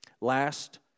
Last